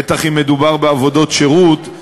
בטח אם מדובר בעבודות שירות,